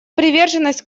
приверженность